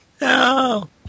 no